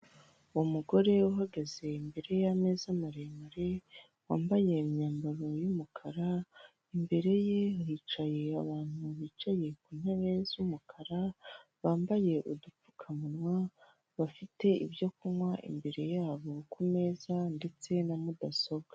Umugore uhagaze imbere y'ameza maremare wambaye imyambaro y'umukara' imbere ye yicaye abantu bicaye ku ntebe z'umukara bambaye udupfukamunwa bafite ibyo kunywa imbere yabo ku meza ndetse na mudasobwa.